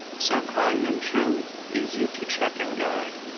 so kind and true, easy to check and guide,